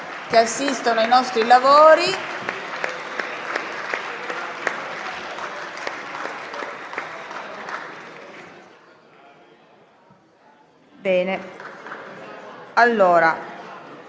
assistendo ai nostri lavori.